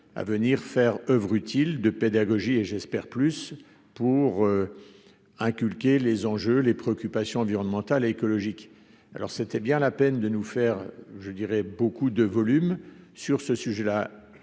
à venir faire oeuvre utile de pédagogie et j'espère plus pour inculquer les enjeux, les préoccupations environnementales, écologiques, alors c'était bien la peine de nous faire je dirais beaucoup de volume sur ce sujet-là